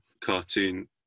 cartoon